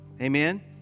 Amen